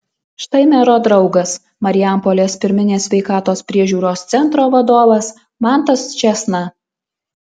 štai mero draugas marijampolės pirminės sveikatos priežiūros centro vadovas mantas čėsna